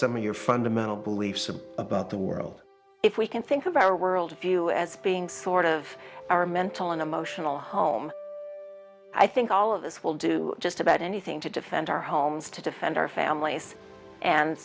some of your fundamental beliefs about the world if we can think of our worldview as being sort of our mental and emotional home i think all of us will do just about anything to defend our homes to defend our families and